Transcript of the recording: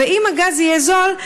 ואם הגז יהיה זול,